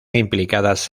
implicadas